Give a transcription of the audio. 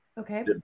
Okay